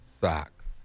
socks